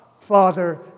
Father